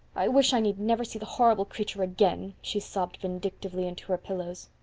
i wish i need never see the horrible creature again, she sobbed vindictively into her pillows.